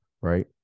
Right